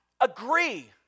agree